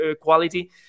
quality